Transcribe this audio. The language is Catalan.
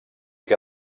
que